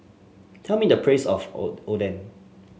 tell me the price of o Oden